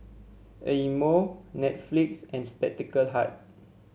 Eye Mo Netflix and Spectacle Hut